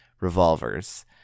revolvers